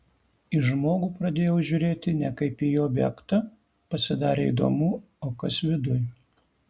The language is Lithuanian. į žmogų pradėjau žiūrėti ne kaip į objektą pasidarė įdomu o kas viduj